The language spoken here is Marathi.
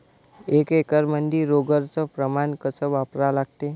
एक एकरमंदी रोगर च प्रमान कस वापरा लागते?